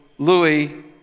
Louis